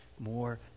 more